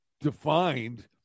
defined